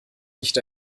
nicht